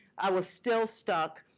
i was still stuck.